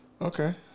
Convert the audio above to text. Okay